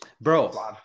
bro